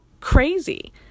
crazy